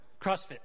CrossFit